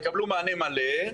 יקבלו מענה מלא.